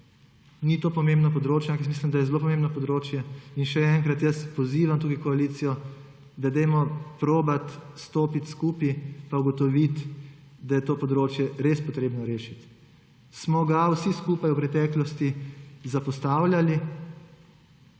ni to pomembno področje, ampak mislim, da je zelo pomembno področje. In še enkrat; pozivam tudi koalicijo, da probamo stopiti skupaj pa ugotoviti, da je to področje res potrebno rešiti. Smo ga vsi skupaj v preteklosti zapostavljali.